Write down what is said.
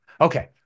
Okay